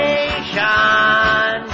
Nation